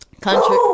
country